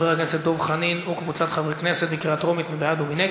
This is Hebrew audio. לוועדת הפנים והגנת הסביבה נתקבלה.